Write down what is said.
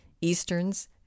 easterns